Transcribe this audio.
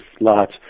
lots